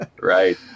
right